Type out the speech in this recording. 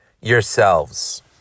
yourselves